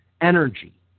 energy